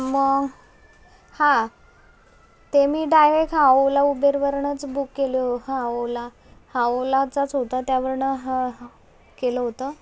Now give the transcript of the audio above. मग हां ते मी डायरेक हां ओला उबेर वरनंच बुक केले ओ ओला हां ओलाचाच होता त्यावरनं हां केलं होतं